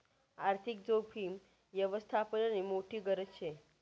आर्थिक जोखीम यवस्थापननी मोठी गरज शे